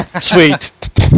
Sweet